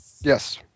Yes